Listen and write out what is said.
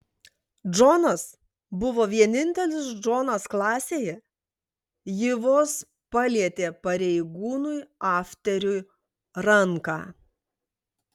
džonas buvo vienintelis džonas klasėje ji vos palietė pareigūnui afteriui ranką